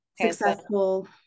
Successful